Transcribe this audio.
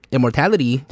Immortality